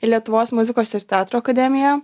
į lietuvos muzikos ir teatro akademiją